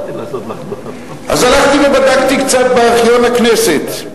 אז הלכתי ובדקתי קצת בארכיון הכנסת,